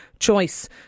choice